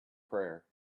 prayer